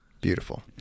Beautiful